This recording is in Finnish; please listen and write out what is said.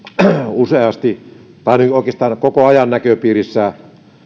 useasti vähän niin kuin oikeastaan koko ajan näköpiirissä